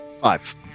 Five